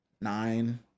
nine